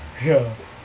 ya